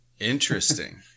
interesting